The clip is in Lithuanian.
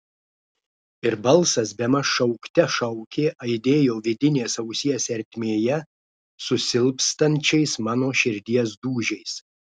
ir balsas bemaž šaukte šaukė aidėjo vidinės ausies ertmėje su silpstančiais mano širdies dūžiais